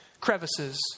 crevices